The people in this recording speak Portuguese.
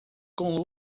com